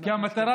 כי המטרה